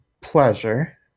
pleasure